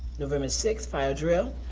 november sixth, fire drill,